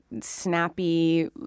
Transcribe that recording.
snappy